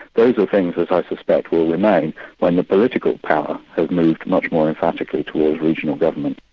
those are things that i suspect will remain when the political power has moved much more emphatically towards regional government.